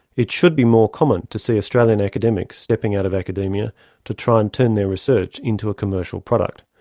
it should be more common to see australian academics stepping out of academia to try and turn their research into a commercial product.